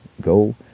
go